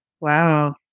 Wow